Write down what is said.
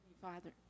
Father